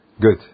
Good